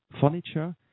furniture